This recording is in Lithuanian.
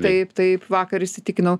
taip taip vakar įsitikinau